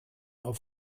auf